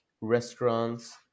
restaurants